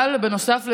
אבל נוסף לזה,